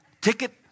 ticket